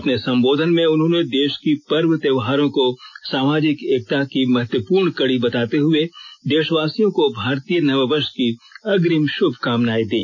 अपने संबोधन में उन्होंने देष की पर्व त्योहारों को सामाजिक एकता की महत्वपूर्ण कड़ी बताते हुए देषवासियों को भारतीय नववर्ष की अग्रिम शुभकामाएं दी